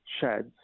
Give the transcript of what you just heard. sheds